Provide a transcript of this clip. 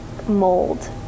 mold